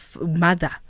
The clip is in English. mother